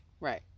Right